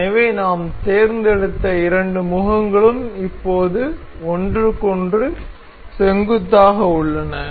எனவே நாம் தேர்ந்தெடுத்த இரண்டு முகங்களும் இப்போது ஒன்றுக்கொன்று செங்குத்தாக உள்ளன